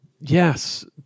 yes